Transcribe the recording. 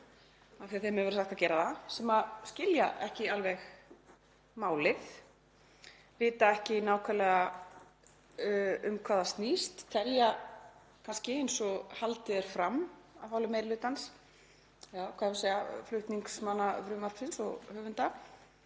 af því að þeim hefur verið sagt að gera það, sem skilja ekki alveg málið, vita ekki nákvæmlega um hvað það snýst, telja kannski, eins og haldið er fram af hálfu meiri hlutans eða flutningsmanna frumvarpsins og höfunda,